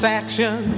action